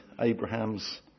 Abraham's